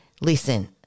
listen